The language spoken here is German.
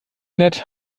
nett